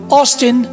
Austin